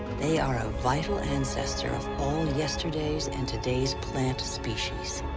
they are a vital ancestor of all yesterday's and today's plant species.